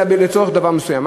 אלא לצורך דבר מסוים.